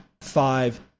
five